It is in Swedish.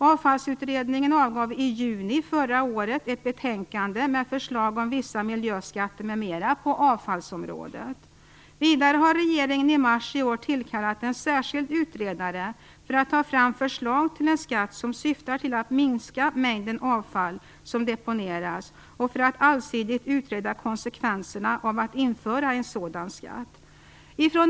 Avfallsutredningen avgav i juni förra året ett betänkande med förslag om vissa miljöskatter m.m. på avfallsområdet. Vidare har regeringen i mars i år tillkallat en särskild utredare för att ta fram förslag till en skatt som syftar till att minska mängden avfall som deponeras och för att allsidigt utreda konsekvenserna av att införa en sådan skatt.